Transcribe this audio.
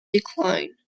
decline